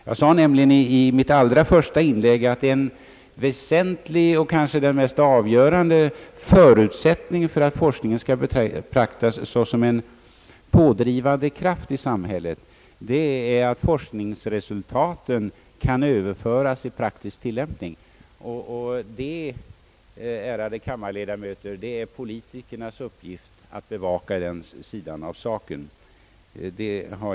Jag sade nämligen i mitt allra första inlägg att en väsentlig förutsättning — kanske den mest avgörande — för att forsk ningen skall betraktas såsom en pådrivande kraft i samhället är att forskningsresultaten kan överföras i praktisk tillämpning. Det är, ärade kammarledamöter, politikernas uppgift att bevaka den sidan av saken.